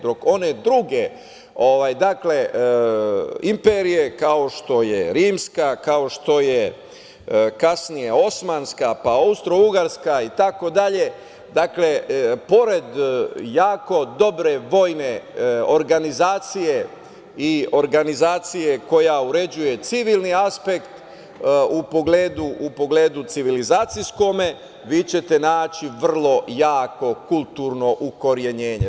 Dok one druge imperije, kao što je rimska, kao što je kasnije osmanska, pa austrougarska itd, pored jako dobre vojne organizacije i organizacije koja uređuje civilni aspekt u pogledu civilizacijskom, vi ćete naći vrlo jako kulturno ukorenjenje.